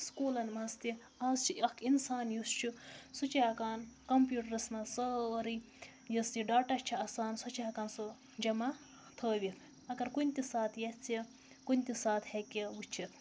سکوٗلَن منٛز تہِ آز چھِ یہِ اَکھ اِنسان یُس چھُ سُہ چھُ ہٮ۪کان کَمپیوٗٹرَس منٛز سٲرٕے یۄس یہِ ڈاٹا چھِ آسان سۄ چھِ ہٮ۪کان سُہ جمع تھٲوِتھ اگر کُنہِ تہِ ساتہٕ یَژھِ کُنہِ تہِ ساتہٕ ہٮ۪کہِ وٕچھِتھ